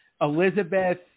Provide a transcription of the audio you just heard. Elizabeth